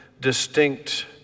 distinct